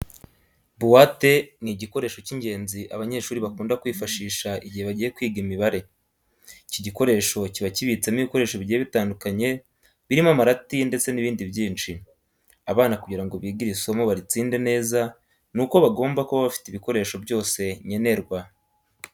Buwate ni igikoresho cy'ingenzi abanyeshuri bakunda kwifashisha igihe bagiye kwiga imibare. Iki gikoresho kiba kibitsemo ibikoresho bigiye bitandukanye birimo amarati ndetse n'ibindi byinshi. Abana kugira ngo bige iri somo baritsinde neza ni uko bagomba kuba bafite ibikoresho byose nkenerwa.